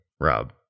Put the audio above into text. rob